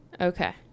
Okay